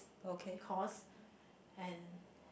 course and